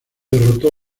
derrotó